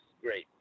great